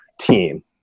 team